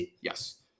yes